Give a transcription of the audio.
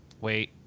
Wait